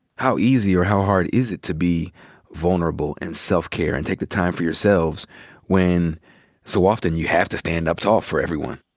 how easy or how hard is it to be vulnerable, and self-care, and take the time for yourselves when so often you have to stand up tall for everyone?